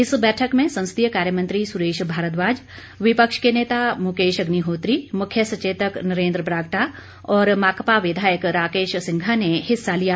इस बैठक में संसदीय कार्य मंत्री सुरेश भारद्वाज विपक्ष के नेता मुकेश अग्निहोत्री मुख्य सचेतक नरेन्द्र बरागटा और माकपा विधायक राकेश सिंघा ने हिस्सा लिया